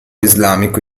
islamico